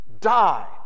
die